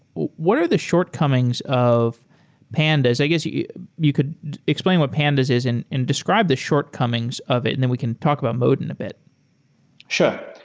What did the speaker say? what are the shortcomings of pandas? i guess you you could explain what pandas is and and describe the shortcomings of it and then we can talk about modin a bit sure.